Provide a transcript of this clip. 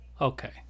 Okay